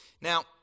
Now